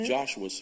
Joshua